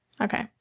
Okay